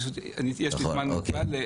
פשוט יש לי זמן מוגבל.